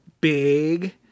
big